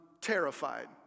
terrified